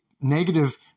negative